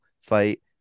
fight